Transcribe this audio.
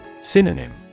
Synonym